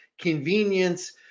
convenience